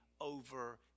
over